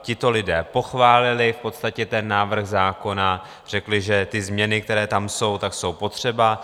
Tito lidé pochválili v podstatě ten návrh zákona, řekli, že změny, které tam jsou, jsou potřeba.